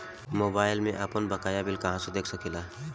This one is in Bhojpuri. मोबाइल में आपनबकाया बिल कहाँसे देख सकिले?